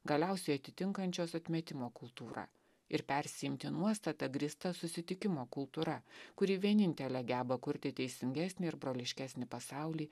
galiausiai atitinkančios atmetimo kultūrą ir persiimti nuostatą grįsta susitikimo kultūra kuri vienintelė geba kurti teisingesnį ir broliškesnį pasaulį